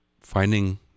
finding